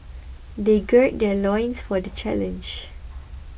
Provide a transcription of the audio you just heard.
they gird their loins for the challenge